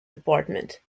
department